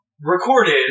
recorded